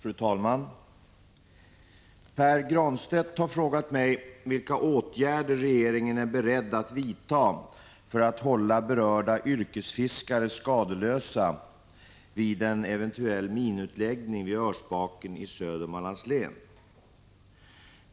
Fru talman! Pär Granstedt har frågat mig vilka åtgärder regeringen är beredd att vidta för att hålla berörda yrkesfiskare skadeslösa vid en eventuell minutläggning vid Örsbaken i Södermanlands län.